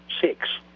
six